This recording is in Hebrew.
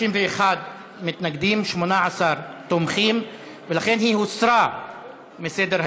31 מתנגדים, 18 תומכים, ולכן היא הוסרה מסדר-היום.